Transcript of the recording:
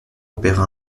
opéra